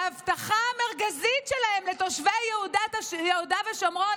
שההבטחה המרכזית שלהם לתושבי יהודה ושומרון